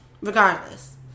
Regardless